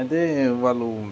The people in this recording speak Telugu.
అయితే వాళ్ళు